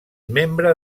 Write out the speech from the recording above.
membre